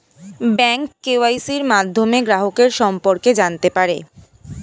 bank কেওয়াইসির মাধ্যমে গ্রাহকের সম্পর্কে জানতে পারে